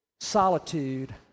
Solitude